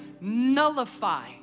nullify